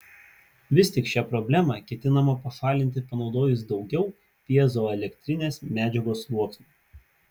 vis tik šią problemą ketinama pašalinti panaudojus daugiau pjezoelektrinės medžiagos sluoksnių